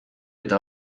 eta